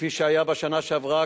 כפי שהיה בשנה שעברה,